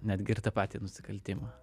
netgi ir tą patį nusikaltimą